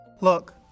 Look